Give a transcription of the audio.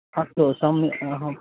अस्तु सम्यक् अहं